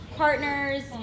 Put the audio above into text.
partners